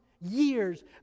years